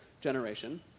generation